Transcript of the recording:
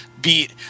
beat